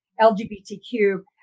LGBTQ